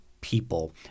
people